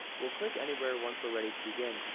we'll click anywhere once we're ready to begin.